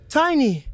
tiny